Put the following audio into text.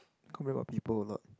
complain about people or not